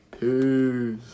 Peace